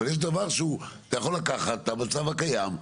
אבל אתה יכול לקחת את המצב הקיים,